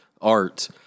art